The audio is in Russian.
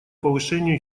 повышению